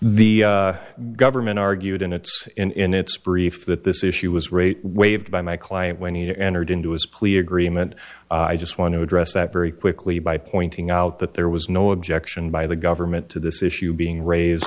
the government argued in its in its brief that this issue was rate waved by my client when he entered into his plea agreement i just want to address that very quickly by pointing out that there was no objection by the government to this issue being raised